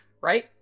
right